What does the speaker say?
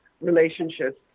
relationships